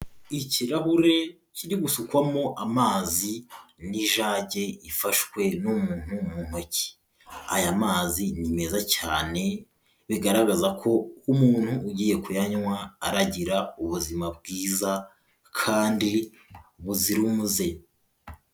Ikirahure kiri gusukwamo amazi n'ijage ifashwe n'umuntu mu ntoki. Aya mazi ni meza cyane bigaragaza ko nk'umuntuntu ugiye kuyanywa aragira ubuzima bwiza cyane kandi buzira umuze.